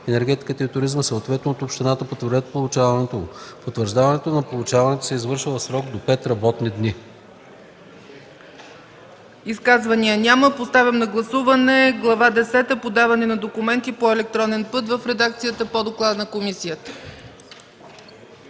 енергетиката и туризма, съответно от общината, потвърдят получаването му. Потвърждаване на получаването се извършва в срок до 5 работни дни.”